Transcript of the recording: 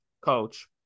coach